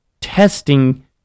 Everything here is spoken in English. testing